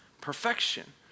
perfection